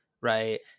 Right